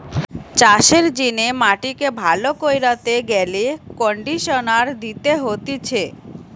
চাষের জিনে মাটিকে ভালো কইরতে গেলে কন্ডিশনার দিতে হতিছে